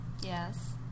yes